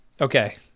Okay